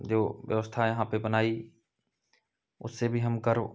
जो व्यवस्था यहाँ पर बनाई उससे भी हम करो